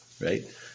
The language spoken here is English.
Right